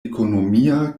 ekonomia